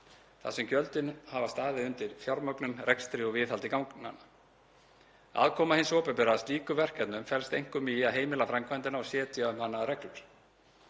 þar sem gjöldin hafa staðið undir fjármögnun, rekstri og viðhaldi ganganna. Aðkoma hins opinbera að slíkum verkefnum felst einkum í að heimila framkvæmdina og setja um hana reglur.